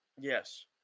Yes